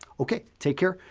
okay. take care.